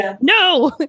no